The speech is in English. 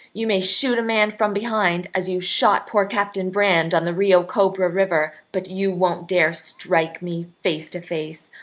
you may shoot a man from behind, as you shot poor captain brand on the rio cobra river, but you won't dare strike me face to face.